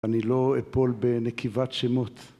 אני לא אפול בנקיבת שמות.